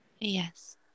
Yes